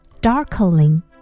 darkling